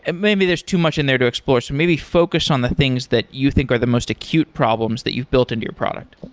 and maybe there's too much in there to explore. so maybe focus on the things that you think are the most acute problems that you've built into your product.